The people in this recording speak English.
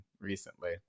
recently